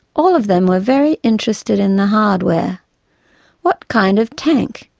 all of them were very interested in the hardware what kind of tank,